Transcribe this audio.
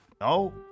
no